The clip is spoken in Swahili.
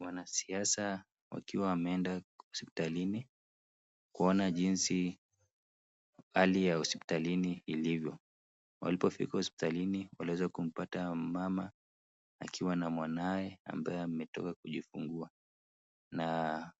Mwanasiasa wakiwa wameenda hospitalini, kuona jinsi hali ya hospitalini ilivyo. Walipofika hospitalini, waliweza kumpata mama akiwa na mwanaume ambaye ametoka kujifungua . Na